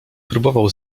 próbował